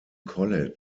college